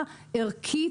ערכית,